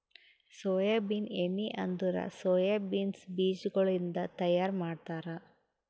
soybean ಎಣ್ಣಿ ಅಂದುರ್ soya beans ಬೀಜಗೊಳಿಂದ್ ತೈಯಾರ್ ಮಾಡ್ತಾರ